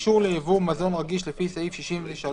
אישור ליבוא מזון רגיש לפי סעיף 63